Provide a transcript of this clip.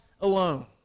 alone